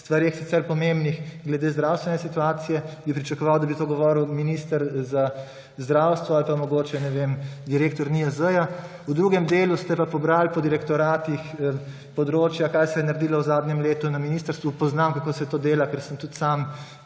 sicer pomembnih glede zdravstvene situacije, bi pričakoval, da bi to govoril minister za zdravstvo ali pa mogoče, ne vem, direktor NIJZ-ja, v drugem delu ste pa pobrali po direktoratih področja, kaj se je naredilo v zadnjem letu na ministrstvu – poznam, kako se to dela, ker sem tudi sam